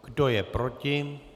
Kdo je proti?